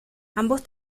ambos